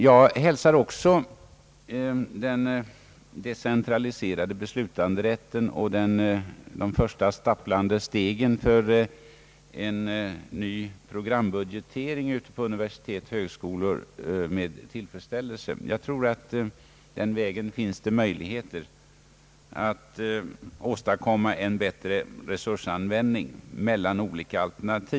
Jag hälsar också den decentralisera de beslutanderätten och de första stapplande stegen mot en ny programbudgetering ute på våra universitet och högskolor med tillfredsställelse. Jag tror att det den vägen finns möjligheter att åstadkomma en bättre resursanvändning mellan olika alternativ.